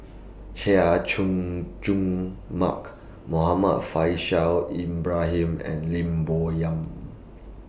Chay Jung Jun Mark Muhammad Faishal Ibrahim and Lim Bo Yam